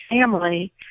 family